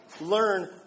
learn